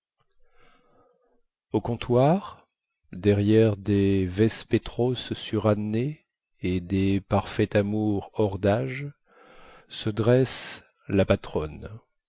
au comptoir derrière des vespétros surannées et des parfait amour hors dâge se dresse la patronne